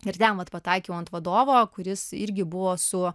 ir ten vat kad pataikiau ant vadovo kuris irgi buvo su